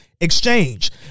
exchange